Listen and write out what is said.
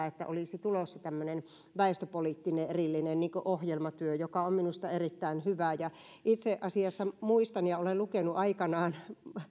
sitä että olisi tulossa tämmöinen väestöpoliittinen erillinen ohjelmatyö joka on minusta erittäin hyvä itse asiassa muistan ja olen lukenut aikanaan että